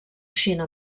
xina